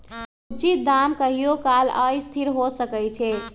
उचित दाम कहियों काल असथिर हो सकइ छै